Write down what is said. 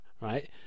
Right